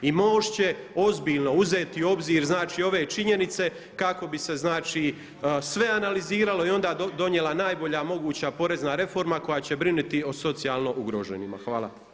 I MOST će ozbiljno uzeti u obzir znači ove činjenice kako bi se znači sve analiziralo i onda donijela najbolja moguća porezna reforma koja će brinuti o socijalno ugroženima.